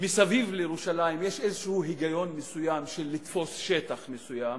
מסביב לירושלים יש איזה היגיון מסוים של לתפוס שטח מסוים,